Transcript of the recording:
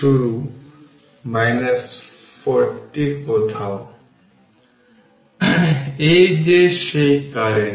সুতরাং এই ক্যাপাসিটরটি আপনার Ceq এবং এটি 1Ceq